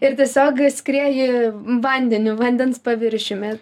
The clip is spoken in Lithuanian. ir tiesiog skrieji vandeniu vandens paviršiumi